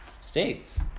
States